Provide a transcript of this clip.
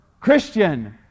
Christian